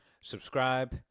subscribe